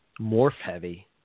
morph-heavy